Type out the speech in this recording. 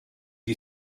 you